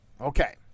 Okay